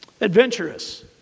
adventurous